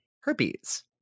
herpes